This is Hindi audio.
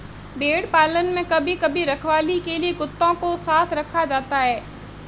भेड़ पालन में कभी कभी रखवाली के लिए कुत्तों को साथ रखा जाता है